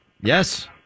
Yes